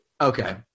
Okay